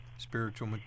Spiritual